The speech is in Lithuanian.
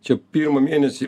čia pirmą mėnesį